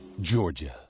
Georgia